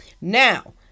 Now